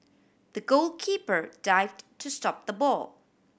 the goalkeeper dived to stop the ball